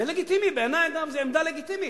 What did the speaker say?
זה לגיטימי בעיני, אגב, זו עמדה לגיטימית.